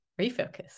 refocus